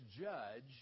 judge